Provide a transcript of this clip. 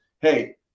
Hey